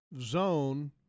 zone